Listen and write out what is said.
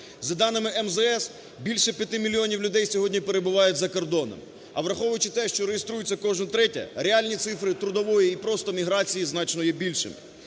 За даними МЗС, більше 5 мільйонів людей сьогодні перебувають за кордоном. А враховуючи те, що реєструється кожен третій, реальні цифри трудової і просто міграції значно є більшими.